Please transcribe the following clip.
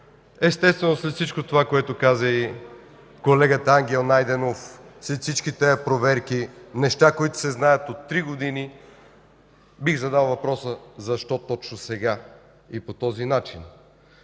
Естествено, след всичко това, което каза и колегата Ангел Найденов, за всички тези проверки – неща, които се знаят от три години, бих задал въпроса: защо точно сега и по този начин?